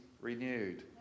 renewed